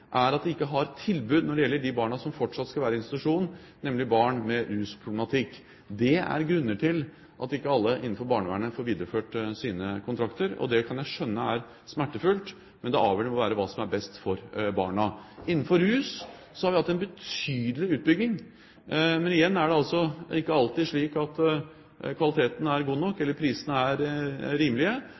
er at de ikke har tilbud til de barna som fortsatt skal være i institusjon, nemlig barn med rusproblematikk. Det er grunner til at ikke alle innenfor barnevernet får videreført sine kontrakter. Det kan jeg skjønne er smertefullt, men det avgjørende må være hva som er best for barna. Innenfor rus har vi hatt en betydelig utbygging. Men igjen er det altså ikke alltid slik at kvaliteten er god nok, eller prisene er rimelige,